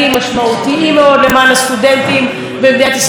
למען הסטודנטים והסטודנטיות במדינת ישראל.